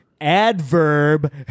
adverb